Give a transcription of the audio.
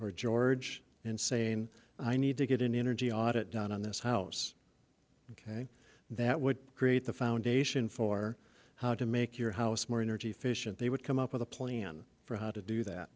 or george and saying i need to get an energy audit done on this house ok that would create the foundation for how to make your house more energy efficient they would come up with a plan for how to do that